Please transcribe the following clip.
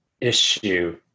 issue